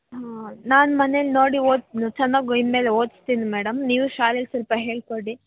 ಹಾಂ ನಾನು ಮನೆಲ್ಲಿ ನೋಡಿ ಓದ್ಸಿ ಚೆನ್ನಾಗಿ ಇನ್ನು ಮೇಲೆ ಓದ್ಸ್ತೀನಿ ಮೇಡಮ್ ನೀವು ಶಾಲೆಲ್ಲಿ ಸ್ವಲ್ಪ ಹೇಳಿಕೊಡಿ